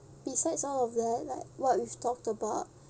besides all of that like what we've talked about